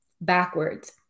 backwards